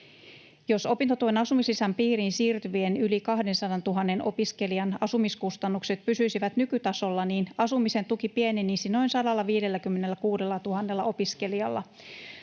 Jos opintotuen asumislisän piiriin siirtyvien yli 200 000 opiskelijan asumiskustannukset pysyisivät nykytasolla, asumisen tuki pienenisi noin 156 000 opiskelijalla.